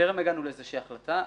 טרם הגענו לאיזושהי החלטה.